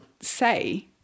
say